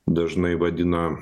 dažnai vadina